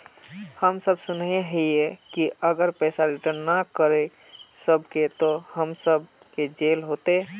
हम सब सुनैय हिये की अगर पैसा रिटर्न ना करे सकबे तो हम सब के जेल होते?